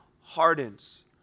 hardens